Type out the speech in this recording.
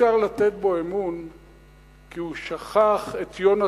אישרתי לך דקה יותר.